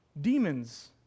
Demons